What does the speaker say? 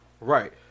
right